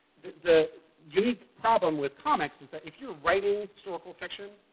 the unique problem with comics is that if you're writing historical fiction,